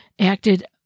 acted